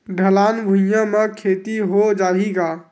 ढलान भुइयां म खेती हो जाही का?